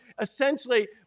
Essentially